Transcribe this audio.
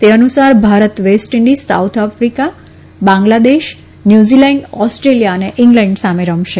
તે અનુસાર Bharat West Indies South Africa Bangladesh New Zealand Australia અને ઈગ્લેન્ડ સામે રમશે